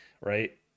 right